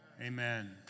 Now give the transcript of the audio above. Amen